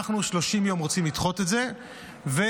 אנחנו רוצים לדחות את זה ב-30 יום,